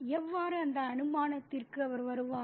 எவ்வாறு அந்த அனுமானத்திற்கு அவர் வருவார்